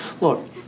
Look